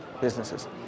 businesses